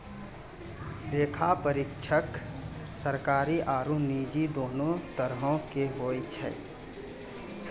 लेखा परीक्षक सरकारी आरु निजी दोनो तरहो के होय छै